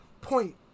point